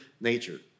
nature